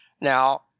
now